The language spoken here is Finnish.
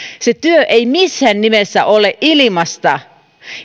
se työ ei missään nimessä ole ilmaista